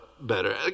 better